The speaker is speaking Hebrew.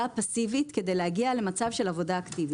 הפסיבית כדי להגיע למצב של עבודה אקטיבית.